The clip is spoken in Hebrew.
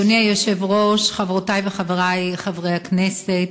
אדוני היושב-ראש, חברותי וחברי חברי חבר הכנסת,